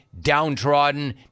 downtrodden